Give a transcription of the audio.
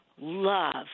love